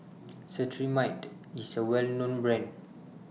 Cetrimide IS A Well known Brand